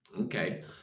Okay